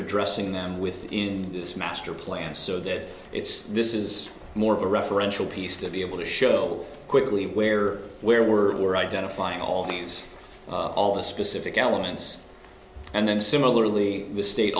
addressing them within this master plan so that it's this is more of a referential piece to be able to show quickly where where we're we're identifying all these all the specific elements and then similarly the state